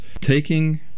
taking